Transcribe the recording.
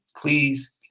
please